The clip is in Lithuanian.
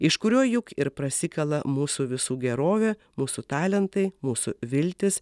iš kurio juk ir prasikala mūsų visų gerovė mūsų talentai mūsų viltys